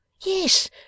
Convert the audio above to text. Yes